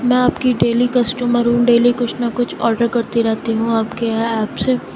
میں آپ کی ڈیلی کسٹمر ہوں ڈیلی کچھ نہ کچھ آرڈر کرتی رہتی ہوں آپ کے یہاں ایپ سے